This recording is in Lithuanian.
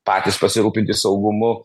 patys pasirūpinti saugumu